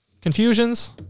Confusions